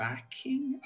Backing